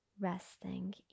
Resting